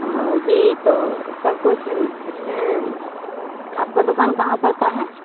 हाँ जी तो सबकुछ इसमें आपकी दुक़ान कहाँ पड़ता है